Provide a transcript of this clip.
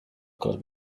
colored